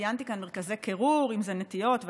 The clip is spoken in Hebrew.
ציינתי כאן מרכזי קירור, ואם זה נטיעות ואחרים.